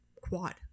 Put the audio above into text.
quad